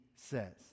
says